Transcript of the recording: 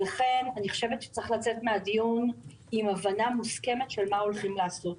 לכן אני חושבת שצריך לצאת מן הדיון עם הבנה מוסכמת על מה הולכים לעשות.